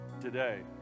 today